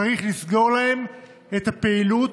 צריך לסגור להם את הפעילות,